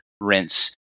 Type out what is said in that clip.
rinse